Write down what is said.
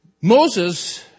Moses